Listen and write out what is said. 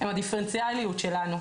הם הדיפרנציאליות שלנו,